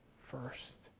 first